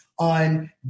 On